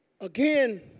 Again